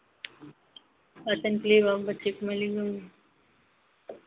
बच्चे को मिलेंगे हम